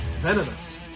venomous